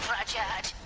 rudyard.